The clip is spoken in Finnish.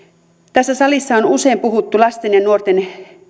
tässä salissa on usein puhuttu lasten ja nuorten